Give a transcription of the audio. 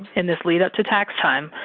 and this lead up to tax time,